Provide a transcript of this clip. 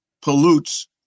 pollutes